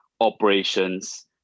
operations